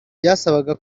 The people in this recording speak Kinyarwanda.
byasabaga